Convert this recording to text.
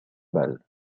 balle